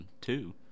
two